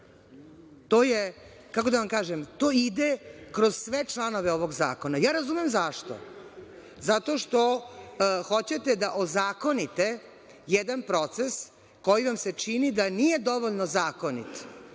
neće. Kako da vam kažem, to ide kroz sve članove ovog zakona. Razumem zašto. Zato što hoćete da ozakonite jedan proces koji vam se čini da nije dovoljno zakonit,